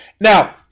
now